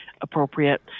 appropriate